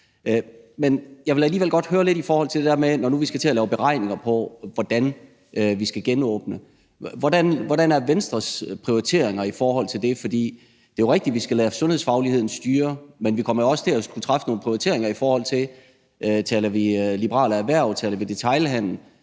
Men jeg vil alligevel godt høre lidt i forhold til det der med, at vi nu skal til at lave beregninger på, hvordan vi skal genåbne. Hvordan er Venstres prioriteringer i forhold til det? Det er jo rigtigt, at vi skal lade sundhedsfagligheden styre, men vi kommer jo også til at skulle træffe nogle beslutninger om prioriteringer, i forhold til om vi taler liberale erhverv, om vi taler detailhandel,